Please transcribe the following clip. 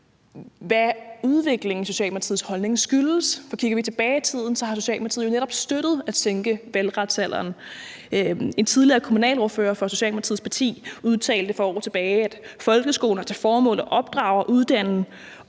hvad udviklingen i Socialdemokratiets holdning skyldes. For kigger vi tilbage i tiden, har Socialdemokratiet jo netop støttet at sænke valgretsalderen. En tidligere kommunalordfører fra Socialdemokratiet udtalte for år tilbage: Folkeskolen har til formål at opdrage og uddanne